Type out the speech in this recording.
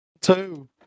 Two